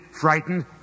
frightened